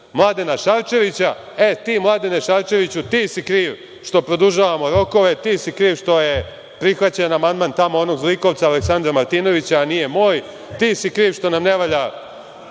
Mladena Šarčevića – e, ti Mladene Šarčeviću, ti si kriv što produžavamo rokove, ti si kriv što je prihvaćen amandman tamo onog zlikovca Aleksandra Martinovića, a nije moj, ti si kriv što nam ne valja